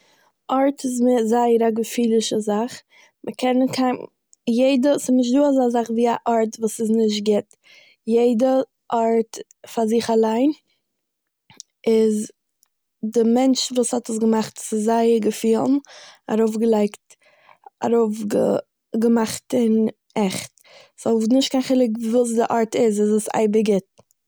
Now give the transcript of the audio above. ארט איז מער- זייער א געפילישע זאך, מ'קען קיינמאל- יעדער- ס'איז נישטא אזא זאך ווי א ארט וואס איז נישט גוט, יעדער ארט פאר זיך אליין איז, די מענטש וואס האט עס געמאכט - ס'איז זייער געפילן ארויפגע-מאכט אין עכט, סו, איז נישט קיין חילוק וואס די ארט איז - איז עס אייביג גוט